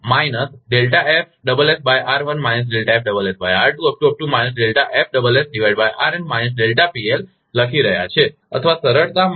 તેથી તે છે કે આપણેલખી રહ્યા છીએ અથવા સરળતા માટે અથવા